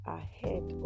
ahead